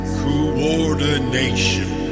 coordination